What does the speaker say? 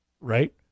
right